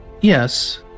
Yes